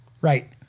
Right